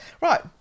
right